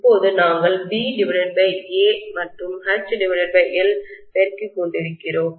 இப்போது நாங்கள் BA மற்றும் H பெருக்கிக் கொண்டிருக்கிறோம்